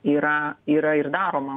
yra yra ir daroma